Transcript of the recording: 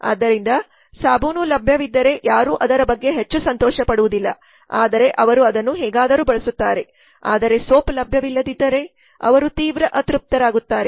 ಆದ್ದರಿಂದ ಸಾಬೂನ ಲಭ್ಯವಿದ್ದರೆ ಯಾರೂ ಅದರ ಬಗ್ಗೆ ಹೆಚ್ಚು ಸಂತೋಷಪಡುವುದಿಲ್ಲ ಆದರೆ ಅವರು ಅದನ್ನು ಹೇಗಾದರೂ ಬಳಸುತ್ತಾರೆ ಆದರೆ ಸೋಪ್ ಲಭ್ಯವಿಲ್ಲದಿದ್ದರೆ ಅವರು ತೀವ್ರ ಅತೃಪ್ತರಾಗುತ್ತಾರೆ